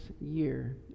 year